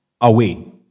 away